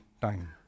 time